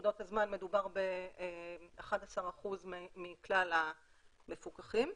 מדובר ב-11% מכלל המפוקחים,